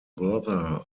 brother